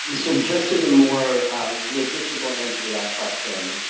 so just as a more logistical answer to that question,